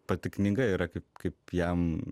pati knyga yra kaip kaip jam